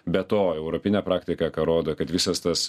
be to europinė praktika ką rodo kad visas tas